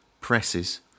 presses